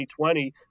2020